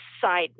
side